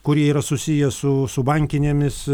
kurie yra susiję su su bankinėmis